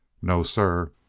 no, sir,